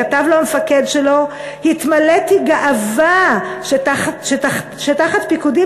כתב לו המפקד שלו: "התמלאתי גאווה שתחת פיקודי,